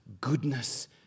goodness